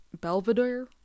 Belvedere